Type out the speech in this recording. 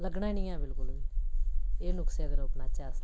लग्गना गै नेईं ऐ बिल्कुल बी एह् नुक्से अगर अपनाह्चै अस तां